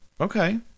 Okay